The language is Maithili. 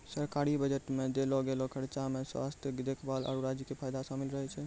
सरकारी बजटो मे देलो गेलो खर्चा मे स्वास्थ्य देखभाल, आरु राज्यो के फायदा शामिल रहै छै